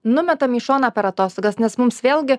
numetam į šoną per atostogas nes mums vėlgi